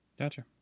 Gotcha